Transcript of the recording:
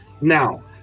Now